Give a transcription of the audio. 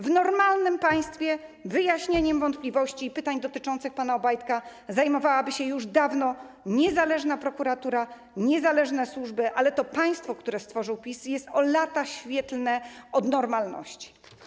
W normalnym państwie wyjaśnieniem wątpliwości i pytań dotyczących pana Obajtka zajmowałyby się już dawno niezależna prokuratura, niezależne służby, ale to państwo, które stworzył PiS, jest o lata świetlne od normalności.